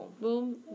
Boom